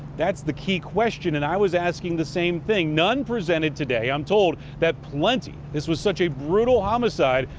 that's the key question, and i was asking the same thing. none presented today. i'm told that plenty, this was such a brutal homicide,